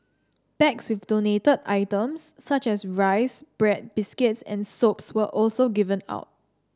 bags with donated items such as rice bread biscuits and soaps were also given out